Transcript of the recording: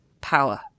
Power